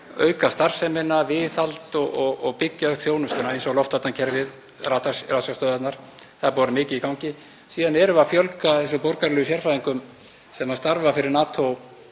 auka starfsemina, sinna viðhaldi og byggja upp þjónustuna eins og loftvarnakerfið og ratsjárstöðvarnar. Það hefur verið mikið í gangi. Síðan erum við að fjölga borgaralegum sérfræðingum sem starfa fyrir NATO